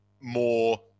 more